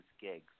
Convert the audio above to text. gigs